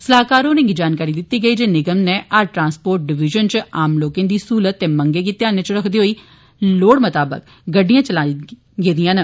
सलाहकार होरें गी जानकारी दिती गेई जे निगम नै हर ट्रांस्पोर्ट डिवीजन च आम लोकें दी सहलत ते मंगै गी ध्यानै च रक्खदे होई लोड़ै मताबक गड्डियां लाइयां गेदियां न